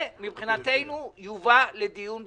זה, מבחינתנו, יובא לדיון בוועדה.